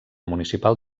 municipal